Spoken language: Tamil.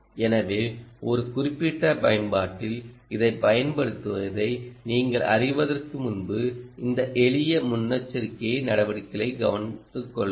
எனவே ஒரு குறிப்பிட்ட பயன்பாட்டில் இதைப் பயன்படுத்துவதை நீங்கள் அறிவதற்கு முன்பு இந்த எளிய முன்னெச்சரிக்கை நடவடிக்கைகளை கவனித்துக் கொள்ளுங்கள்